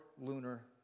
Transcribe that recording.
lunar